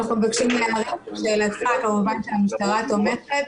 לשאלתך, כמובן שהמשטרה תומכת.